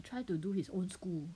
try to do his own school